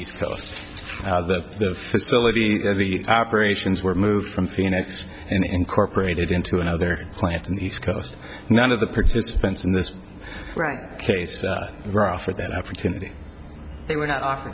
east coast that the facility where the operations were moved from phoenix and incorporated into another plant in the east coast none of the participants in this case draw for that opportunity they were not offer